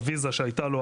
הויזה שהייתה לו,